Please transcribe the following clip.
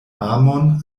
amon